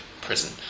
prison